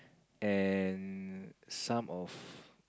and some of